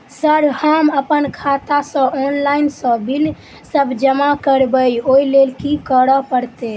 Sir हम अप्पन खाता सऽ ऑनलाइन सऽ बिल सब जमा करबैई ओई लैल की करऽ परतै?